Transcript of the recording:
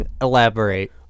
Elaborate